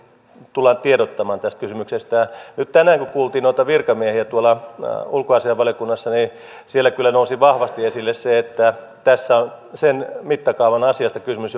tullaan tiedottamaan tästä kysymyksestä nyt tänään kun kuultiin noita virkamiehiä tuolla ulkoasiainvaliokunnassa siellä kyllä nousi vahvasti esille että tässä on sen mittakaavan asiasta kysymys